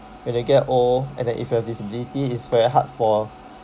when they get old and then if your visibility is very hard for